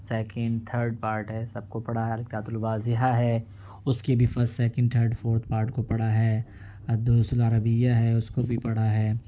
second third part ہے سب کو پڑھا القراۃ الواضحۃ ہے اس کی بھی first second third fourth part کو پڑھا ہے الدروس العربية ہے اس کو بھی پڑھا ہے